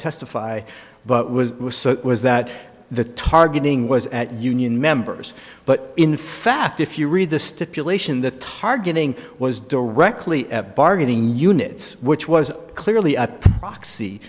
testify but was was that the targeting was at union members but in fact if you read the stipulation that targeting was directly bargaining units which was clearly a proxy